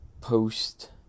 post